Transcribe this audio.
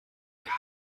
gaby